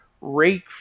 rake